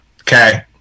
okay